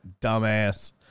dumbass